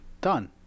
Done